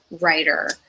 writer